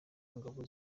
ngabo